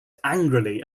angrily